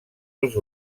als